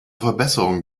verbesserung